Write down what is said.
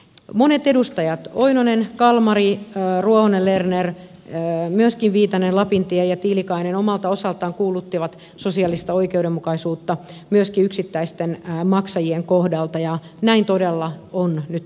monet edustajat oinonen kalmari ruohonen lerner myöskin viitanen lapintie ja tiilikainen omalta osaltaan kuuluttivat sosiaalista oikeudenmukaisuutta myöskin yksittäisten maksajien kohdalta ja näin todella on nyt tarkoitus tehdä